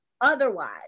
Otherwise